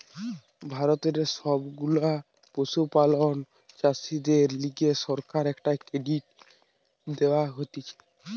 ভারতের সব গুলা পশুপালক চাষীদের লিগে সরকার থেকে ক্রেডিট দেওয়া হতিছে